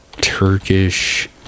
Turkish